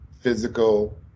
physical